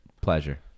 pleasure